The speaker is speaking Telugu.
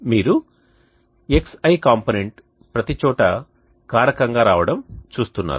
మీరు xi కాంపోనెంట్ ప్రతిచోటా కారకంగా రావడం చూస్తున్నారు